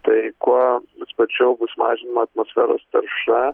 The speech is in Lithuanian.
tai kuo sparčiau bus mažinama atmosferos tarša